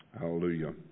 Hallelujah